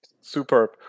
Superb